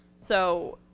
so,